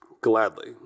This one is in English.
Gladly